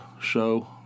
show